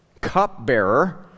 cupbearer